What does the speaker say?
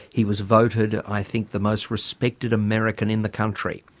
he was voted i think the most respected american in the country.